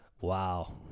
wow